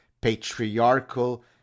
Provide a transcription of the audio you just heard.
patriarchal